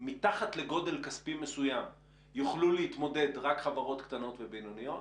מתחת לגודל כספי מסוים יוכלו להתמודד רק חברות קטנות ובינוניות,